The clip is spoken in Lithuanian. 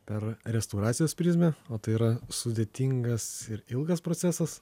per restauracijos prizmę o tai yra sudėtingas ir ilgas procesas